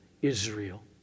Israel